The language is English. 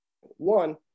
One